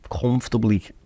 comfortably